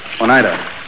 Oneida